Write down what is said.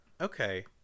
Okay